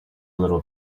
little